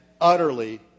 utterly